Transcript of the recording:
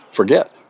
forget